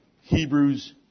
Hebrews